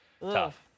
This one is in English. Tough